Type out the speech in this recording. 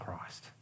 Christ